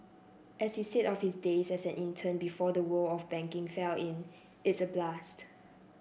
as she said of his days as an intern before the world of banking fell in it's a blast